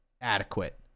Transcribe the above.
adequate